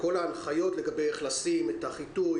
בהנחיות לגבי המסכות, לגבי החיטוי.